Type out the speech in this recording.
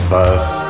First